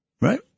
right